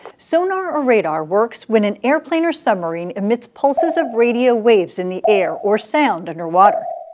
sonar or radar works when an airplane or submarine emits pulses of radio waves in the air, or sound underwater,